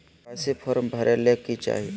KYC form भरे ले कि चाही?